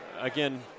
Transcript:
again